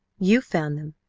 you found them?